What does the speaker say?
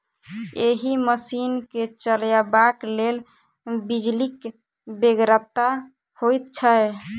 एहि मशीन के चलयबाक लेल बिजलीक बेगरता होइत छै